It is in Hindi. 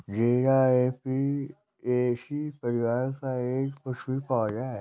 जीरा ऍपियेशी परिवार का एक पुष्पीय पौधा है